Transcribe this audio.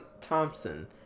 Thompson